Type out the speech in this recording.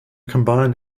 combined